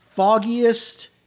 foggiest